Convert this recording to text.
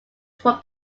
from